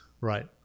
Right